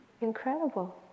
incredible